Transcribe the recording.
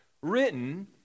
Written